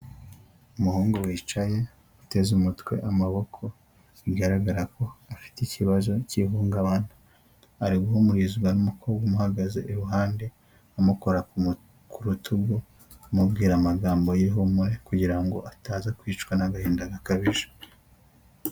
Umuhungu wicaye, uteze umutwe amaboko, bigaragara ko afite ikibazo cy'ihungabana, ari guhumurizwa n' umukobwa umuhagaze iruhande, amukora ku mu ku rutugu, amubwira amagambo y'ihumure kugira ngo ataza kwicwa n'agahinda gakabije.